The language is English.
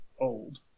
old